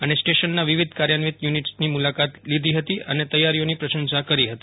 અને સ્ટેશનનાં વિવિધ કાર્યન્વિત યુનિટ્સની મુલાકાત લીધી હતી અને તૈયારીઓની પ્રસંશા કરી હતી